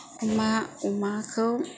अमा अमाखौ